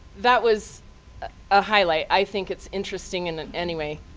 that was a highlight. i think it's interesting. and and anyway,